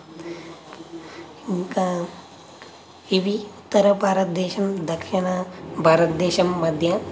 ఇంకా ఇవి ఉత్తర భారతదేశం దక్షిణ భారతదేశం మధ్య